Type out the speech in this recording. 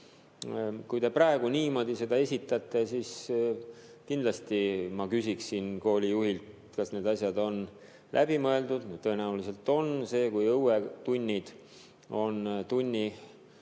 Kuna te praegu niimoodi seda esitate, siis kindlasti küsiksin ma koolijuhilt, kas need asjad on läbi mõeldud. Tõenäoliselt on. See, et õuetunnid on